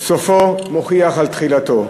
סופו מוכיח על תחילתו.